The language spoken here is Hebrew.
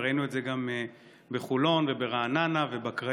וראינו את זה גם בחולון וברעננה ובקריות.